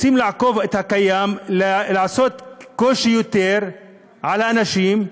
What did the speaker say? רוצים לעקוף את הקיים ולהקשות יותר על האנשים.